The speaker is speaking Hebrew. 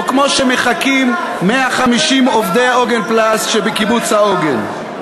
או כמו שמחכים 150 עובדי "עוגן פלסט" שבקיבוץ העוגן.